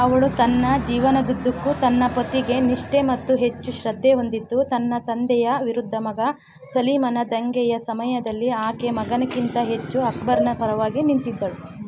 ಅವಳು ತನ್ನ ಜೀವನದುದ್ದಕ್ಕೂ ತನ್ನ ಪತಿಗೆ ನಿಷ್ಠೆ ಮತ್ತು ಹೆಚ್ಚು ಶ್ರದ್ಧೆ ಹೊಂದಿದ್ದು ತನ್ನ ತಂದೆಯ ವಿರುದ್ಧ ಮಗ ಸಲೀಮನ ದಂಗೆಯ ಸಮಯದಲ್ಲಿ ಆಕೆ ಮಗನಿಗಿಂತ ಹೆಚ್ಚು ಅಕ್ಬರ್ನ ಪರವಾಗಿ ನಿಂತಿದ್ದಳು